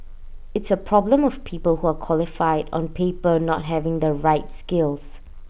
it's A problem of people who are qualified on paper not having the right skills